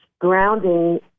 Grounding